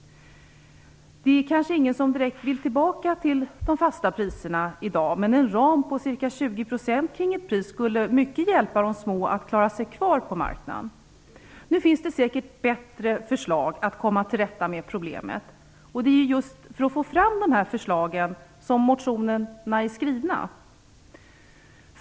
Det är kanske ingen som direkt vill tillbaks till de fasta priserna i dag, men en ram på ca 20 % kring ett pris skulle hjälpa de små att klara sig kvar på marknaden. Nu finns det säkert bättre förslag för att komma till rätta med problemet. Det är just för att få fram dessa förslag som motionen är skriven.